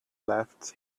left